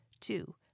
two